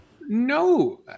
No